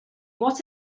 what